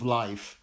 life